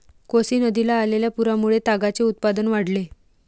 कोसी नदीला आलेल्या पुरामुळे तागाचे उत्पादन वाढले